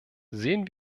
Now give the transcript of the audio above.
sehen